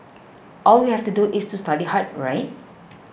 all we have to do is to study hard right